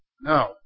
No